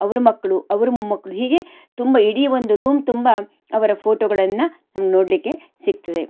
ಅವ್ರ ಮಕ್ಕಳು ಅವ್ರ ಮೊಮ್ಮಕ್ಳು ಹೀಗೇ ತುಂಬ ಇಡೀ ಒಂದು ರೂಮ್ ತುಂಬ ಅವರ ಫೋಟೋಗಳನ್ನ ನಮ್ಗೆ ನೋಡಲಿಕ್ಕೆ ಸಿಕ್ತದೆ